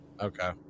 Okay